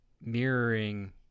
mirroring